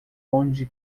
onde